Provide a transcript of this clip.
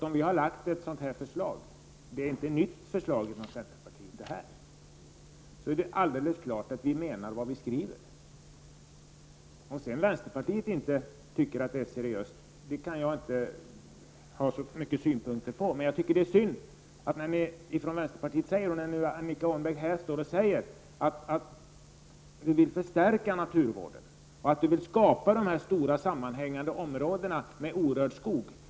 Om vi lägger fram ett förslag -- det är inget nytt förslag från centerpartiet -- är det alldeles klart att vi menar vad vi har skrivit. Att sedan vänsterpartiet kanske inte tycker förslaget är seriöst kan jag inte ha så många synpunkter på. Det är synd att vänsterpartiet tycker så. Annika Åhnberg står här och säger att hon vill förstärka naturvården och skapa stora sammanhängande områden med orörd skog.